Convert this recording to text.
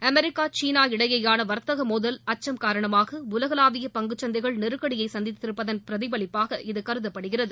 America China இடையேயான வர்த்தக மோதல் அச்சம் காரணமாக உலகளாவிய பங்குச்சந்தைகள் நெருக்கடியை சந்தித்திருப்பதன் பிரதிபலிப்பாக இது கருதப்படுகிறது